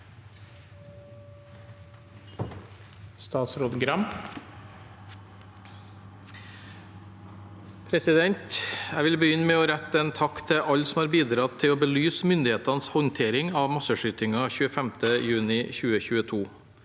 Arild Gram Jeg vil be- gynne med å rette en takk til alle som har bidratt til å belyse myndighetenes håndtering av masseskytingen 25. juni 2022.